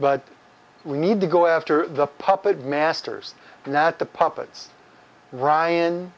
but we need to go after the puppet masters and that the puppets ryan